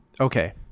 okay